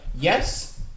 Yes